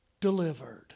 delivered